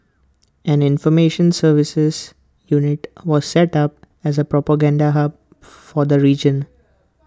an information services unit was set up as A propaganda hub for the region